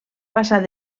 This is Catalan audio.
passar